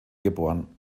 geboren